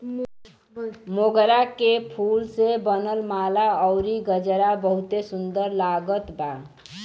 मोगरा के फूल से बनल माला अउरी गजरा बहुते सुन्दर लागत बा